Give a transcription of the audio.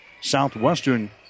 Southwestern